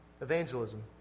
Evangelism